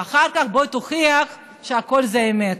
ואחר כך בוא תוכיח שהכול זה לא אמת,